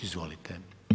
Izvolite.